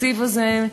התקציב הזה,